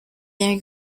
their